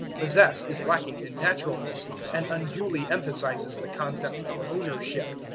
possess is lacking in naturalness and unduly emphasizes the concept of ownership.